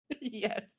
Yes